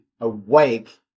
awake